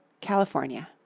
California